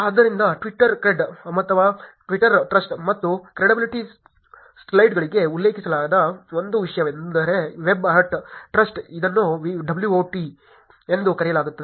ಆದ್ದರಿಂದ ಟ್ವೀಟ್ಕ್ರೆಡ್ ಅಥವಾ Twitter trust ಮತ್ತು ಕ್ರೆಡಿಬಿಲಿಟಿ ಸ್ಲೈಡ್ಗಳಲ್ಲಿ ಉಲ್ಲೇಖಿಸಲಾದ ಒಂದು ವಿಷಯವೆಂದರೆ ವೆಬ್ ಆಫ್ ಟ್ರಸ್ಟ್ ಇದನ್ನು WOT ಎಂದು ಕರೆಯಲಾಗುತ್ತದೆ